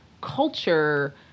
culture